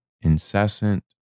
incessant